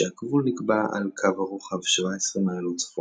כשהגבול נקבע על קו הרוחב 17 מעלות צפון.